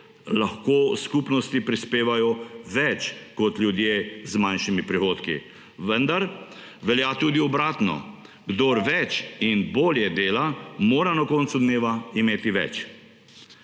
lahko skupnosti prispevajo več kot ljudje z manjšimi prihodki, vendar velja tudi obratno. Kdor več in bolje dela, mora na koncu dneva imeti več.